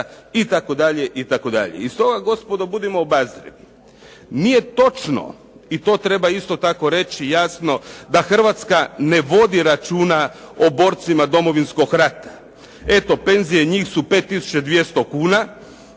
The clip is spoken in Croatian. rata" itd. I stoga gospodo, budimo obazrivi. Nije točno i to treba isto tako reći jasno da Hrvatska ne vodi računa o borcima Domovinskog rata. Eto penzije njih su 5 tisuća